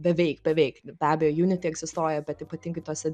beveik beveik be abejo jų net egzistuoja bet ypatingai tuose